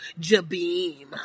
Jabim